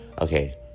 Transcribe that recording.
Okay